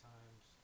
Times